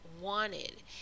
wanted